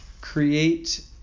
create